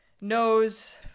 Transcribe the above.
knows